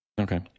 Okay